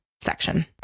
section